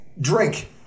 drink